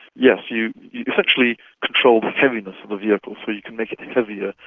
yes, you you essentially control the heaviness of the vehicle. so you can make it heavier,